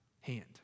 hand